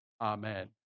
Amen